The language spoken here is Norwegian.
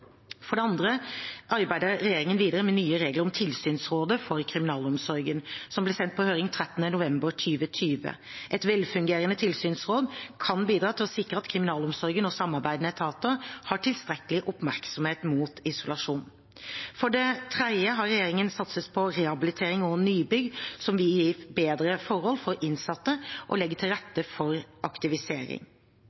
For det andre arbeider regjeringen videre med nye regler om Tilsynsrådet for kriminalomsorgen, som ble sendt på høring 13. november 2020. Et velfungerende tilsynsråd kan bidra til å sikre at kriminalomsorgen og samarbeidende etater har tilstrekkelig oppmerksomhet rettet mot isolasjon. For det tredje har regjeringen satset på rehabilitering og nybygg, som vil gi bedre forhold for innsatte og legge til